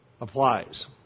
applies